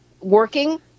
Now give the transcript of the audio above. working